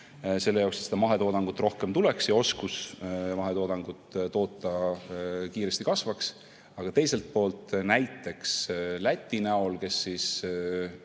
et mahetoodangut rohkem tuleks ja oskus mahetoodangut toota kiiresti kasvaks. Aga teiselt poolt, näiteks Läti kehtestas